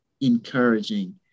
encouraging